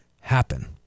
happen